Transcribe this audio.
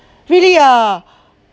really ah